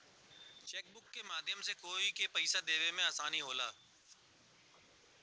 chequebook के माध्यम से कोई के पइसा देवे में आसानी होला